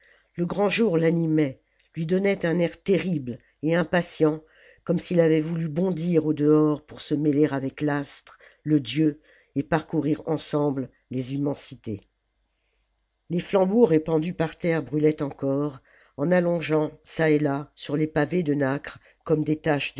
le grand jour l'animait lui donnait un air terrible et impatient comme s'il avait voulu bondir au dehors pour se mêler avec l'astre le dieu et parcourir ensemble les immensités les flambeaux répandus par terre brûlaient encore en allongeant çà et là sur les pavés de nacre comme des taches